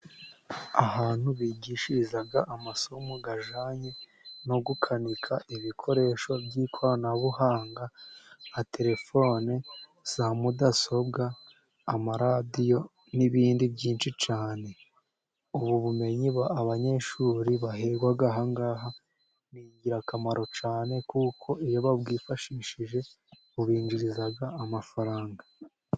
Ahantu bigishiriza amasomo ajyanye no gukanika ibikoresho by'ikoranabuhanga. Nka telefone, za mudasobwa, amaradiyo n'ibindi byinshi cyane. Ubu bumenyi abanyeshuri baherwa aha ngaha ni ingirakamaro cyane, kuko iyo babwifashishije bubinjiriza amafaranga.